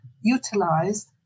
utilized